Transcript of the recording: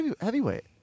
heavyweight